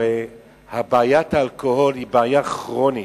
הרי בעיית האלכוהול היא בעיה כרונית,